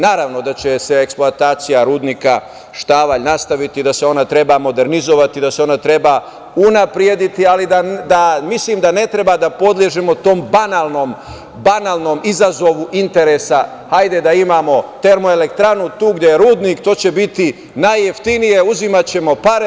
Naravno da će se eksploatacija rudnika Štavalj nastaviti, da se ona treba modernizovati, da se ona treba unaprediti, ali mislim da ne treba da podležemo tom banalnom izazovu interesa – hajde da imamo termoelektranu tu gde je rudnik, to će biti najjeftinije, uzimaćemo pare.